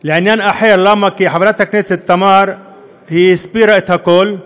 לעניין אחר, כי חברת הכנסת תמר הסבירה את הכול,